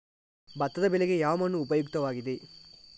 ಭತ್ತದ ಬೆಳೆಗೆ ಯಾವ ಮಣ್ಣು ಉಪಯುಕ್ತವಾಗಿದೆ?